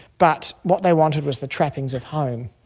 but what they wanted was the trappings of home.